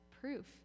proof